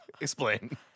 Explain